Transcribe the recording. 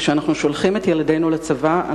כשאנחנו שולחים את ילדינו לצבא,